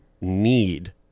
need